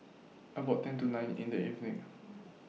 about ten to nine in The evening